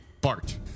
Bart